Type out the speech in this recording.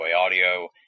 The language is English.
Audio